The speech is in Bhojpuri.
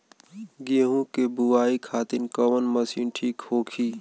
गेहूँ के बुआई खातिन कवन मशीन ठीक होखि?